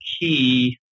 key